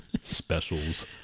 specials